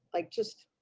like just